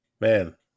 man